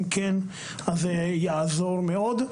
אם כן, אז זה יעזור מאוד.